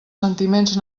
sentiments